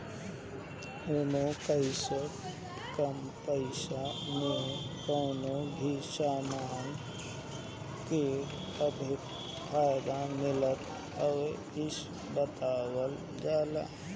एमे कइसे कम पईसा में कवनो भी समान के अधिक फायदा मिलत हवे इ बतावल जाला